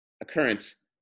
occurrence